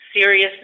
serious